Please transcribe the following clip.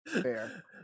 Fair